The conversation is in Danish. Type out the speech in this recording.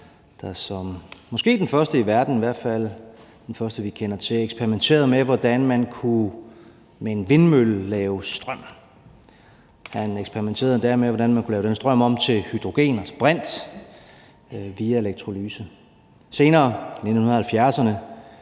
der som måske den første i verden, i hvert fald den første, vi kender til, eksperimenterede med, hvordan man med en vindmølle kunne lave strøm. Han eksperimenterede endda med, hvordan man kunne lave den strøm om til hydrogen, altså brint, via elektrolyse. Senere, i 1970'erne,